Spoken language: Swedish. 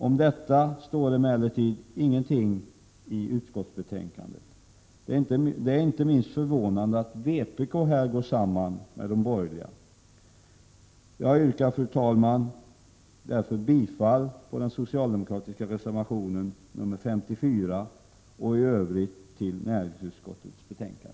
Om detta står emellertid ingenting i utskottsbetänkandet. Det är inte minst förvånande att vpk går samman med de borgerliga partierna på denna punkt. Fru talman! Jag yrkar bifall till den socialdemokratiska reservationen nr 54 och i övrigt bifall till näringsutskottets hemställan.